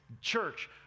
church